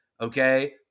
okay